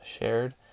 shared